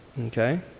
Okay